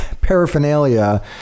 paraphernalia